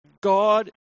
God